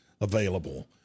available